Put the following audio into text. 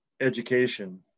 education